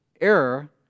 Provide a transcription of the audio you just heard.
error